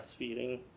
breastfeeding